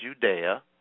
Judea